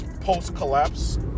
post-collapse